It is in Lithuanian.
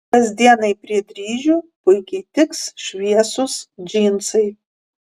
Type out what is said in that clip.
kasdienai prie dryžių puikiai tiks šviesūs džinsai